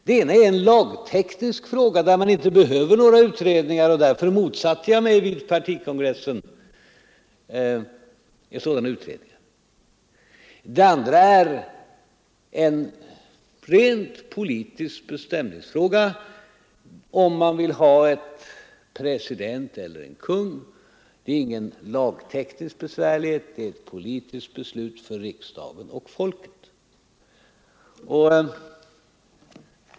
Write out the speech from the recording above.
Det ena är en lagteknisk fråga, där man inte behöver några utredningar, och därför motsatte jag mig vid partikongressen en sådan utredning. Det andra är en rent politisk beställningsfråga, om man vill ha en president eller en kung. Det är inte någon lagtekniskt besvärlig fråga utan ett politiskt beslut för riksdagen och folket.